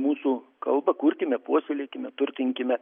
mūsų kalbą kurkime puoselėkime turtinkime